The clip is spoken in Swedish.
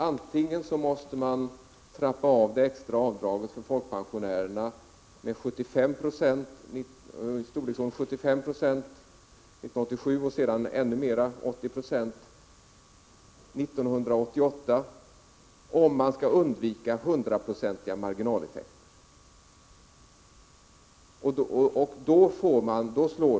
Antingen måste man trappa ned det extra avdraget för folkpensionärerna i storleksordningen 75 96 under 1987 och 80 26 under 1988 för att undvika hundraprocentiga marginaleffekter.